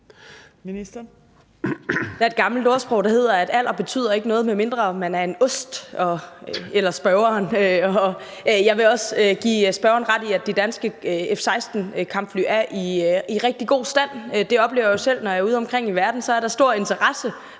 Der er et gammelt ordsprog, der siger, at alder ikke betyder noget, medmindre man er en ost. Jeg vil også give spørgeren ret i, at de danske F-16-kampfly er i rigtig god stand. Det oplever jeg jo selv, når jeg er udeomkring i verden – så er der stor interesse